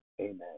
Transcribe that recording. amen